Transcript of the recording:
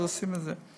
עושים את זה.